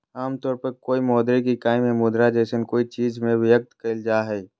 आमतौर पर कोय मौद्रिक इकाई में मुद्रा जैसन कोय चीज़ में व्यक्त कइल जा हइ